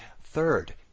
Third